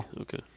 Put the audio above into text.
Okay